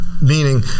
Meaning